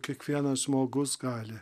kiekvienas žmogus gali